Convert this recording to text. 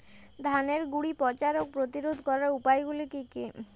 ধানের গুড়ি পচা রোগ প্রতিরোধ করার উপায়গুলি কি কি?